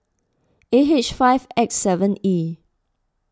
A H five X seven E